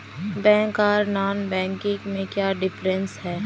Bank आर non banking में क्याँ डिफरेंस है?